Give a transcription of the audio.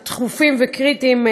דחופים וקריטיים,